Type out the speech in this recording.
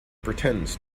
pretends